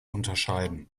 unterscheiden